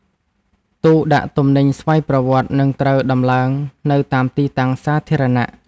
ទូដាក់ទំនិញស្វ័យប្រវត្តិ នឹងត្រូវដំឡើងនៅតាមទីតាំងសាធារណៈ។